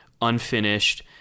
unfinished